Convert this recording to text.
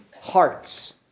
hearts